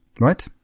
right